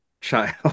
child